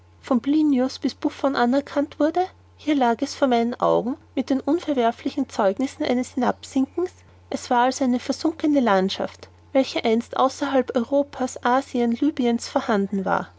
von plinius bis buffon anerkannt wurde hier lag es vor meinen augen mit den unverwerflichen zeugnissen seines hinabsinkens es war also die versunkene landschaft welche einst außerhalb europa's asiens lybiens vorhanden war